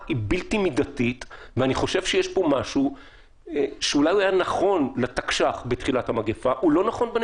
ויותר מידתיים באופן הזה שהם לא יפגעו באותם